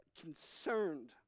concerned